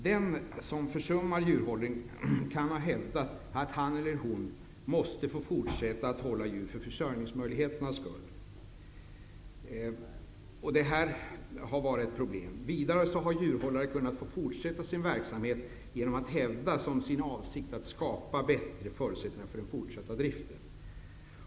Den som har försummat djurhållningen har kunnat hävda att han eller hon måste få fortsätta att hålla djur för försörjningsmöjligheternas skull. Det har varit ett problem. Vidare har djurhållare fått fortsätta med sin verksamhet genom att hävda, att avsikten har varit att skapa bättre förutsättningar för den fortsatta driften.